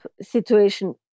situation